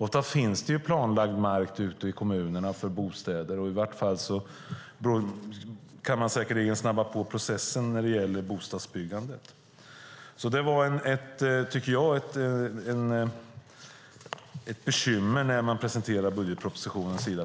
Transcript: Ofta finns det planlagd mark för bostäder ute i kommunerna, och i varje fall kan man säkerligen snabba på processen när det gäller bostadsbyggandet. Jag tycker att det var ett bekymmer att